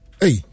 Hey